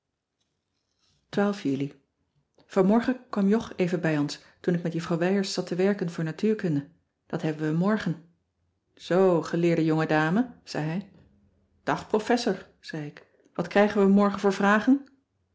juli vanmorgen kwam jog even bij ons toen ik met juffrouw wijers zat te werken voor natuurkunde dat hebben we morgen zoo geleerde jongedame zei hij dag professor zei ik wat krijgen we morgen voor vragen